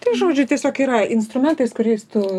tai žodžiu tiesiog yra instrumentais kuriais tu